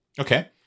Okay